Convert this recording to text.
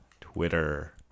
Twitter